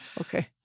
Okay